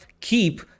keep